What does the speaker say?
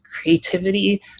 creativity